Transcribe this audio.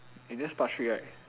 it's just part three right